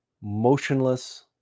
motionless